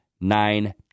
nine